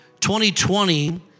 2020